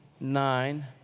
nine